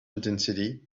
intensity